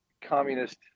communist